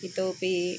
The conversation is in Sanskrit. इतोऽपि